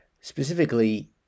specifically